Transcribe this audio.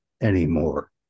anymore